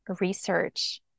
research